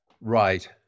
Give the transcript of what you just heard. right